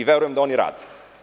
Verujem da oni rade.